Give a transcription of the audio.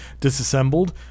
disassembled